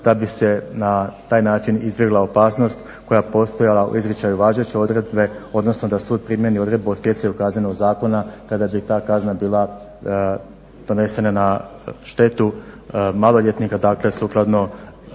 da bi se na taj način izbjegla opasnost koja je postojala u izričaju važeće odredbe, odnosno da sud primjeni odredbu o stjecaju Kaznenog zakona kada bi ta kazna bila donesena na štetu maloljetnika, dakle sukladno,